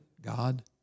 God